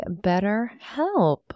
BetterHelp